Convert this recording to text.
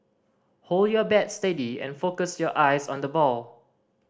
hold your bat steady and focus your eyes on the ball